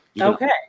Okay